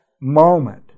moment